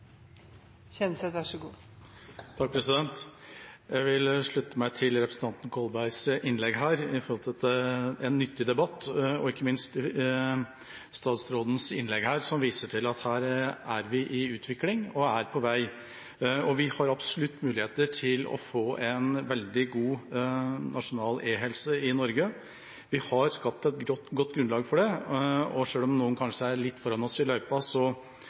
Jeg vil slutte meg til representanten Kolberg når han sier at det har vært en nyttig debatt, og ikke minst til statsråden, som i sitt innlegg viser til at her er vi i utvikling og på vei. Vi har absolutt muligheter til å få en veldig god nasjonal e-helse i Norge. Vi har skapt et godt grunnlag for det, og selv om noen kanskje er litt foran oss i løypa,